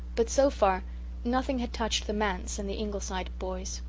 but so far nothing had touched the manse and the ingleside boys.